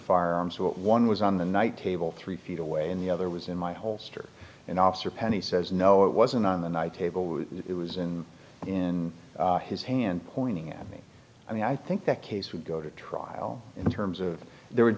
farms one was on the night table three feet away and the other was in my holster and officer penny says no it wasn't on the night table it was in his hand pointing at me i mean i think that case would go to trial in terms of there would